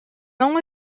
only